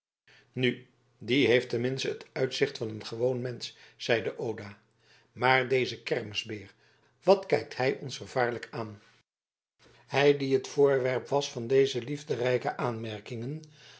nu die heeft ten minste het uitzicht van een gewoon mensch zeide oda maar deze kermisbeer wat kijkt hij ons vervaarlijk aan hij die het voorwerp was van deze liefderijke aanmerkingen